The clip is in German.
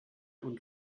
und